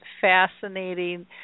fascinating